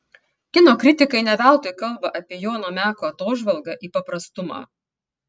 kino kritikai ne veltui kalba apie jono meko atožvalgą į paprastumą